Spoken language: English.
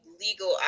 legal